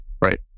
Right